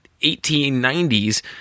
1890s